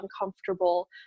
uncomfortable